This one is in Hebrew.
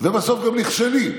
ובסוף הם גם נכשלים.